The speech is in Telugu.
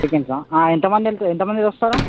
టిఫిన్సా ఎంతమంది వెళతారు ఎంత మంది వస్తారు